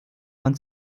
man